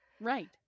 right